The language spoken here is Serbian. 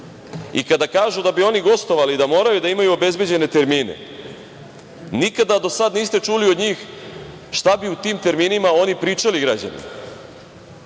kažu da bi oni gostovali i da moraju da imaju obezbeđene termine, nikada do sada niste čuli od njih šta bi u tim terminima oni pričali građanima.